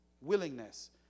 willingness